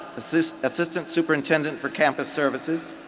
assistant assistant superintendent for campus services.